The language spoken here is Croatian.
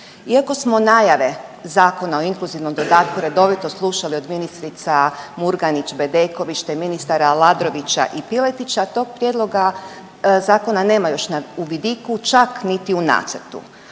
Iako smo najave Zakona o inkluzivnom dodatku redovito slušali od ministrica Murganić, Bedeković, te ministara Aladrovića i Piletića, tog prijedloga zakona nema još u vidiku, čak niti u nacrtu,